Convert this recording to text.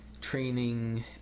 training